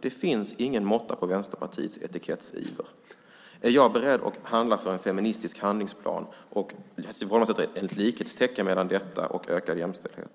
Det finns ingen måtta på Vänsterpartiets etikettsiver. Är jag beredd att handla för en feministisk handlingsplan? Siv Holma sätter likhetstecken mellan detta och ökad jämställdhet.